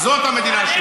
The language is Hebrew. זאת המדינה שלנו.